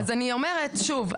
שוב,